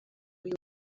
uyu